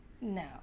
No